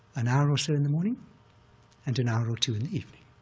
an hour or so in the morning and an hour or two in the evening.